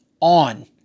on